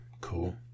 Cool